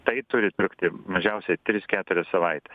tai turi trukti mažiausia tris keturias savaites